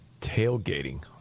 Tailgating